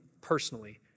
personally